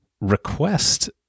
request